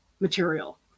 material